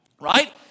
right